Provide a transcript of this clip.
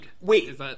wait